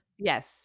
Yes